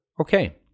okay